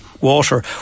water